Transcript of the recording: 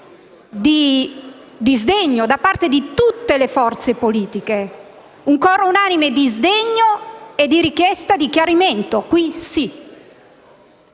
di sdegno da parte di tutte le forze politiche; un coro unanime di sdegno e di richiesta di chiarimento, questa